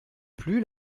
plu